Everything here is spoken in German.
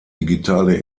digitale